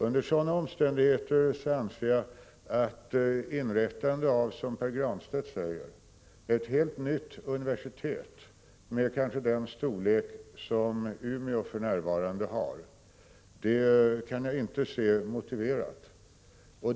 Under sådana omständigheter kan jag inte anse att inrättandet av — som Pär Granstedt säger — ett helt nytt universitet med kanske den storlek som Umeå universitet för närvarande har är motiverat.